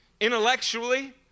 Intellectually